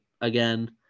Again